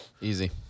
Easy